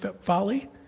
folly